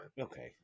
Okay